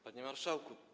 Panie Marszałku!